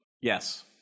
Yes